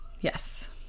yes